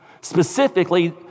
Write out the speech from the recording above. specifically